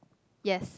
yes